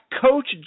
Coach